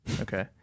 Okay